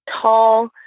tall